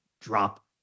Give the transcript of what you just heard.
drop